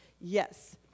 yes